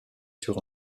sur